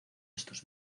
estos